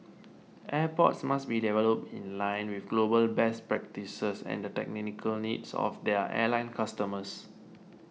airports must be developed in line with global best practices and the technical needs of their airline customers